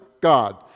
God